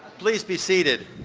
please be seated.